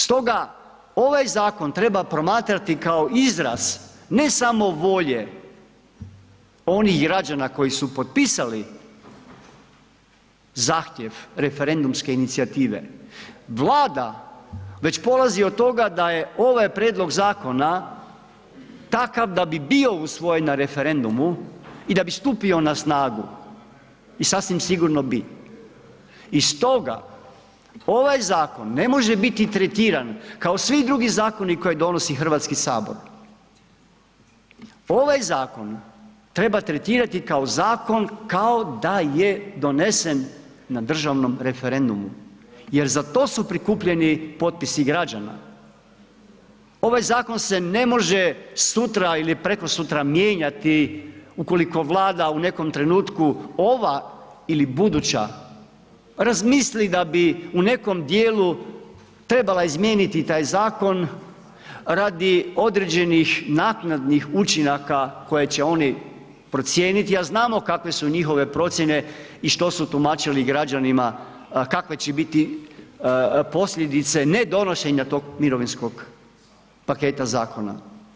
Stoga ovaj zakon treba promatrati kao izraz ne samo volje onih građana koji su potpisali zahtjev referendumske inicijative, Vlada već polazi od toga da je ovaj prijedlog zakona takav da bi bio usvojen na referendumu i da bi stupio na snagu i sasvim sigurno bi i stoga ovaj zakon ne može biti tretiran kao svi drugi zakoni koje donosi HS, ovaj zakon treba tretirati kao zakon kao da je donesen na državnom referendumu jer za to su prikupljeni potpisi građana, ovaj zakon se ne može sutra ili prekosutra mijenjati ukoliko Vlada u nekom trenutku, ova ili buduća razmisli da bi u nekom dijelu trebala izmijeniti taj zakon radi određenih naknadnih učinaka koje će oni procijeniti, a znamo kakve su njihove procijene i što su tumačili građanima kakve će biti posljedice ne donošenja tog mirovinskog paketa zakona.